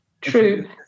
true